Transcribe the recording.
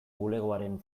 bulegoaren